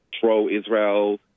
pro-Israel